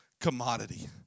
commodity